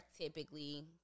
typically